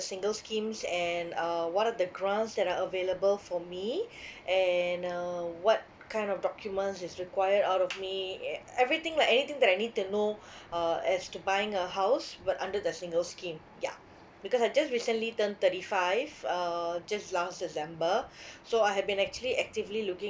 single's schemes and uh what are the grants that are available for me and uh what kind of documents is required out of me at everything lah anything that I need to know uh as to buying a house but under the single's scheme yeah because I just recently turn thirty five uh just last december so I have been actually actively looking